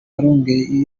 arongoye